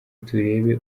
turebe